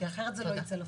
כי אחרת זה לא יקרה.